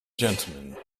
gentlemen